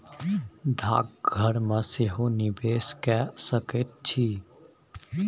डाकघर मे सेहो निवेश कए सकैत छी